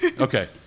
Okay